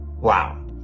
Wow